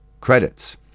credits